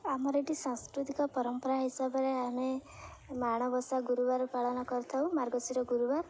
ଆମର ଏଠି ସାଂସ୍କୃତିକ ପରମ୍ପରା ହିସାବରେ ଆମେ ମାଣବସା ଗୁରୁବାର ପାଳନ କରିଥାଉ ମାର୍ଗଶୀର ଗୁରୁବାର